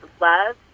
love